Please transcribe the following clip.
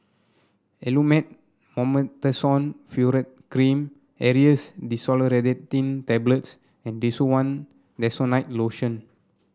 Elomet Mometasone Furoate Cream Aerius DesloratadineTablets and Desowen Desonide Lotion